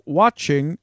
watching